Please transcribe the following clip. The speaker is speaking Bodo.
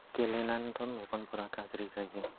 गेलेनानैथ' मेगनफोरा गाज्रि जायो